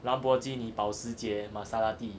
兰博基尼保时捷马萨拉蒂